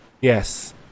Yes